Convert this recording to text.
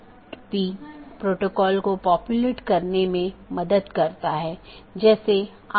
इसलिए उद्देश्य यह है कि इस प्रकार के पारगमन ट्रैफिक को कम से कम किया जा सके